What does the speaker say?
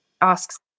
asks